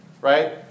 right